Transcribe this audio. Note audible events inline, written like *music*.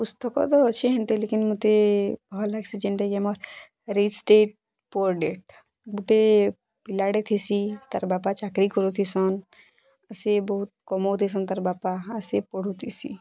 ପୁସ୍ତକ ତ ଅଛି ହେନ୍ତି ଲେକିନ୍ ମୋତେ ଭଲ୍ ଲାଗ୍ସି ଯେନ୍ତାକି ଆମର୍ *unintelligible* ଷ୍ଟେଟ୍ ପୋର୍ ଡ଼େଟ୍ ଗୁଟେ ପିଲାଟା ଥିସି ତା'ର୍ ବାପା ଚାକିରି କରୁଥିସନ୍ ସେ ବହୁତ୍ କମଉଥିସନ୍ ତା'ର୍ ବାପା ଆଉ ସେ ପଢ଼ୁଥିସି